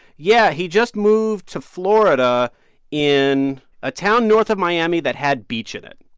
yeah. he just moved to florida in a town north of miami that had beach in it.